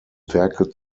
werke